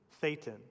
Satan